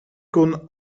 kon